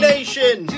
Nation